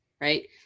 right